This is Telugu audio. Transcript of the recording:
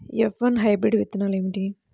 ఎఫ్ వన్ హైబ్రిడ్ విత్తనాలు ఏమిటి?